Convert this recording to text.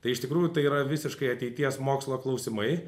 tai iš tikrųjų tai yra visiškai ateities mokslo klausimai